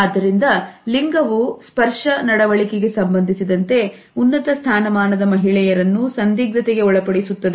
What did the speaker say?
ಆದ್ದರಿಂದ ಲಿಂಗವು ಪರ್ಶ ನಡವಳಿಕೆಗೆ ಸಂಬಂಧಿಸಿದಂತೆ ಉನ್ನತ ಸ್ಥಾನಮಾನದ ಮಹಿಳೆಯರನ್ನು ಸಂದಿಗ್ಧತೆಗೆ ಒಳಪಡಿಸುತ್ತದೆ